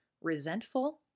resentful